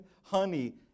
honey